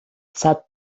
sad